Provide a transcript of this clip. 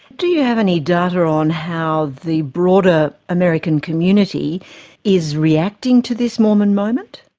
do you have any data on how the broader american community is reacting to this mormon moment?